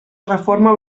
reforma